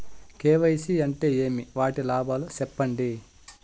KYC అంటే ఏమి? వాటి లాభాలు సెప్పండి?